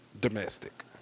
Domestic